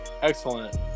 excellent